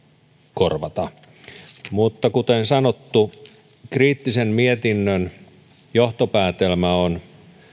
korvata mutta kuten sanottu kriittisen mietinnön johtopäätelmä on